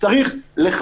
עכשיו צריך לחזק,